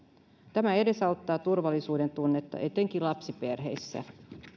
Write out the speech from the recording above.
tämä edesauttaa turvallisuudentunnetta etenkin lapsiperheissä